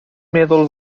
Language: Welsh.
meddwl